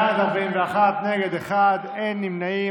בעד, 41, אחד נגד, אין נמנעים.